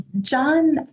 John